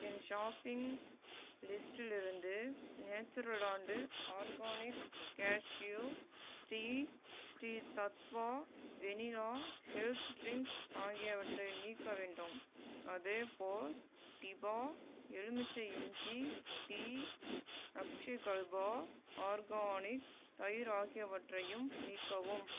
என் shopping லிஸ்ட்டிலிருந்து Natureland organics cashew Sri Sri Tattva vanilla health drink ஆகியவற்றை நீக்க வேண்டும் அதேபோல் டிபா எலுமிச்சை இஞ்சி டீ அக்ஷயகல்பா ஆர்கானிக் தயிர் ஆகியவற்றையும் நீக்கவும்